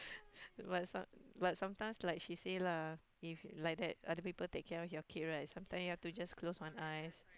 but some but sometimes like she say lah if like that other people take care of your kid right sometimes you have to just close one eyes